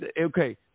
okay